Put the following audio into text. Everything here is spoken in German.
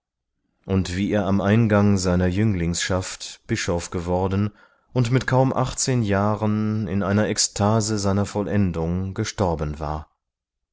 und wie er am eingang seiner jünglingschaft bischof geworden und mit kaum achtzehn jahren in einer ekstase seiner vollendung gestorben war